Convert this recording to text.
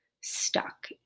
stuck